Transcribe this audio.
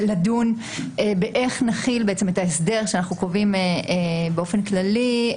איך נחיל את ההסדר שאנחנו קובעים באופן כללי,